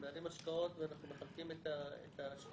מנהלים השקעות ואנחנו מחלקים את ההשקעות